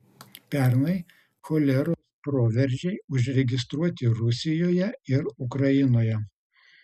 pernai choleros proveržiai užregistruoti rusijoje ir ukrainoje